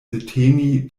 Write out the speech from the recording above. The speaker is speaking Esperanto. deteni